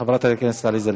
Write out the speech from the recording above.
חברת הכנסת עליזה לביא.